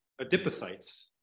adipocytes